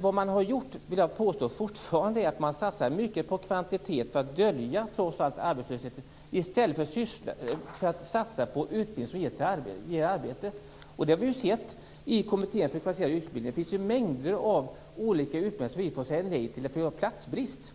Vad man har gjort är att man har satsat mycket på kvantitet för att dölja arbetslösheten i stället för att satsa på utbildning som leder till arbete. Det finns mängder av olika utbildare som vi i kommittén får säga nej till på grund av platsbrist.